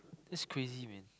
that's crazy man